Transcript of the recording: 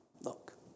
Look